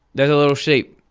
there's a little shape.